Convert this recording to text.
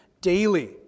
daily